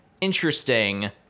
interesting